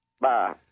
Bye